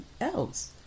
else